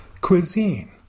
Cuisine